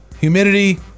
humidity